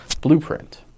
blueprint